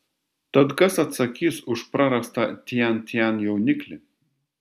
tad kas atsakys už prarastą tian tian jauniklį